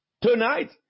tonight